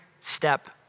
step